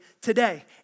today